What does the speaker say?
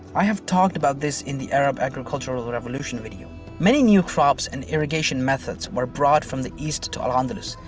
i have talked about this in the arab agriculture revolution video. many new crops and irrigation methods were brought from the east to al-andalus.